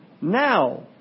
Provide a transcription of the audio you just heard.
now